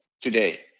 today